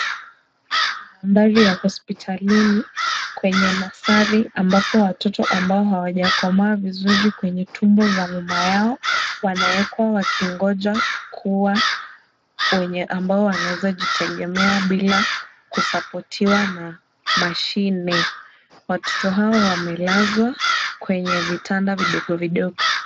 Haya ni mandhari ya hospitalini, kwenye nursery ambapo watoto ambao hawajakomaa vizuri kwenye tumbo za mama zao wanaekwa wakingoja kuwa wenye ambao wamaweza kujitegemea bila ku support na mashine. Watoto hawa wamelazwa kwenye vitanda vidogo vidogo.